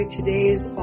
today's